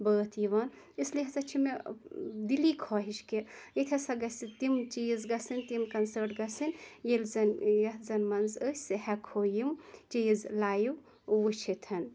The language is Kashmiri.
بٲتھ یِوان اِسلیے ہَسا چھِ مےٚ دِلی خواہِش کہ ییٚتہِ ہَسا گَژھِ تم چیٖز گَژھِنۍ تِم کَنسٲٹ گَژھِنۍ ییلہِ زَن یَتھ زَن منٛز أسۍ ہیٚکہٕ ہو یِم چیٖز لایِو وٕچھِتھ